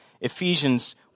Ephesians